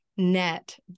net